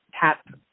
tap